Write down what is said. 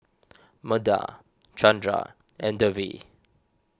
Medha Chandra and Devi